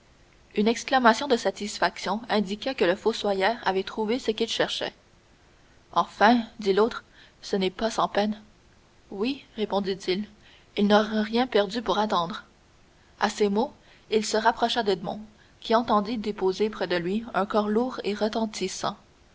une exclamation de satisfaction indiqua que le fossoyeur avait trouvé ce qu'il cherchait enfin dit l'autre ce n'est pas sans peine oui répondit-il mais il n'aura rien perdu pour attendre à ces mots il se rapprocha d'edmond qui entendit déposer près de lui un corps lourd et retentissant